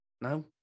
No